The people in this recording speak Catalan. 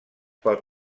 pot